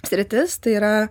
sritis tai yra